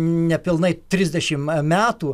nepilnai trisdešim metų